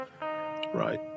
Right